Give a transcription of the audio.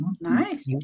Nice